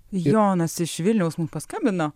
jonas iš vilniaus mum paskambino